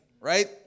right